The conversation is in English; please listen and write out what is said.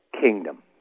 kingdom